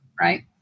Right